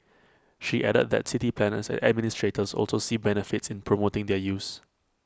she added that city planners and administrators also see benefits in promoting their use